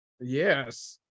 Yes